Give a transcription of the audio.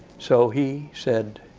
so he said